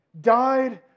died